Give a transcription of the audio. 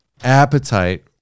appetite